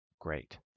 great